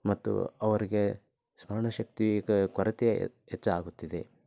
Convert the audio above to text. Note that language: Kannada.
ಮತ್ತು ಅವರಿಗೆ ಸ್ಮರಣ ಶಕ್ತಿ ಕ ಕೊರತೆೆ ಹೆಚ್ಚಾಗುತ್ತಿದೆ